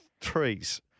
trees